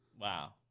Wow